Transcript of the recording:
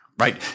Right